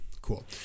Cool